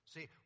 See